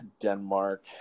Denmark